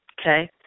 okay